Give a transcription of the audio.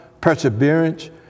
perseverance